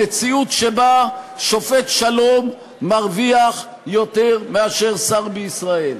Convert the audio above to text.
למציאות שבה שופט שלום מרוויח יותר משר בישראל.